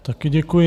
Taky děkuji.